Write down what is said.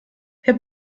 herr